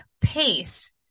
pace